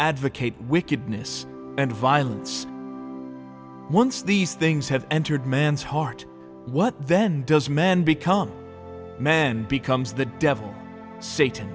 advocate wickedness and violence once these things have entered man's heart what then does men become men becomes the devil satan